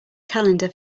calendar